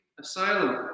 asylum